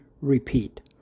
Repeat